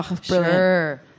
Sure